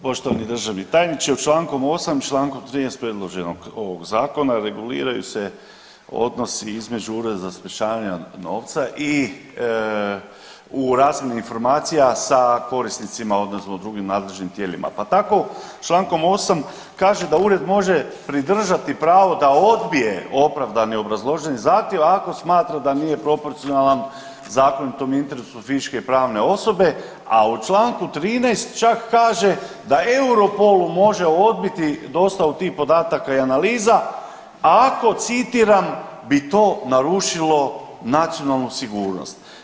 Poštovani državni tajniče, u čl. 8. i u čl. 13. predloženog ovog zakona reguliraju se odnosi između Ureda za sprječavanje novca i u razmjeni informacija sa korisnicima odnosno drugim nadležnim tijelima, pa tako čl. 8. kaže da ured može pridržati pravo da odbije opravdani obrazloženi zahtjev ako smatra da nije proporcionalan zakonitom interesu fizičke i pravne osobe, a u čl. 13. čak kaže da Europol može odbiti dostavu tih podataka i analiza ako citiram bi to narušilo nacionalnu sigurnost.